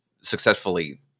successfully